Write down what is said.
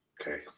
Okay